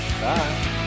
bye